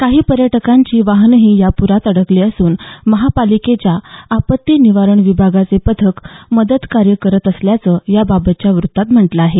काही पर्यटकांची वाहनंही या पुरात अडकली असून महापालिकेच्या आपत्ती निवारण विभागाचे पथक मदतकार्य करत असल्याचं याबाबतच्या वृत्तात म्हटलं आहे